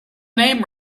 name